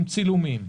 עם צילומים,